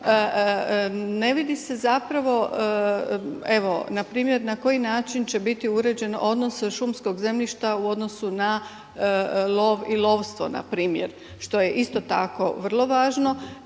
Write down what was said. ne vidi se evo npr. na koji način će biti uređen odnos šumskog zemljišta u odnosu na lov i lovstvo npr. što je isto tako vrlo važno.